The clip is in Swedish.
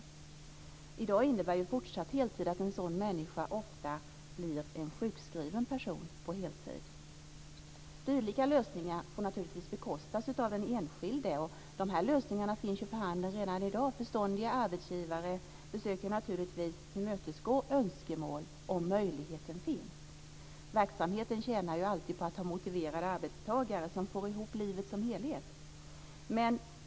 I dag innebär fortsatt heltid att en sådan människa ofta blir en sjukskriven person på heltid. Dylika lösningar får naturligtvis bekostas av den enskilde. De finns framförhandlade redan i dag - förståndiga arbetsgivare försöker tillmötesgå önskemål om möjligheten finns. Verksamheten tjänar alltid på att ha motiverade arbetstagare som får ihop livet som helhet.